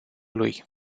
lui